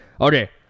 Okay